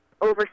over